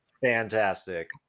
fantastic